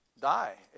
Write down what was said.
die